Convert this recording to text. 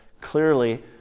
clearly